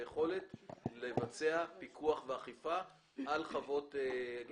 את היכולת לבצע פיקוח ואכיפה על חוות גידול קבנאביס.